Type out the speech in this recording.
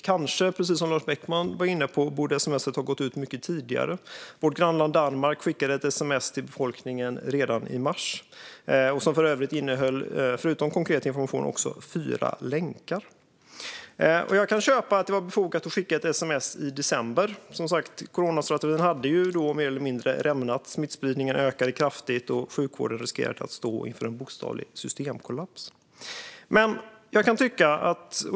Kanske borde det, som Lars Beckman var inne på, ha gått ut mycket tidigare. Vårt grannland Danmark skickade ett sms till befolkningen redan i mars. Det innehöll för övrigt förutom konkret information också fyra länkar. Jag kan köpa att det var befogat att skicka ett sms i december. Coronastrategin hade ju då mer eller mindre rämnat, smittspridningen ökade kraftigt och sjukvården riskerade att stå inför en bokstavlig systemkollaps.